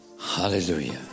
Hallelujah